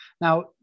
Now